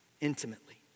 intimately